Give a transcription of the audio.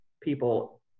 people